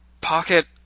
pocket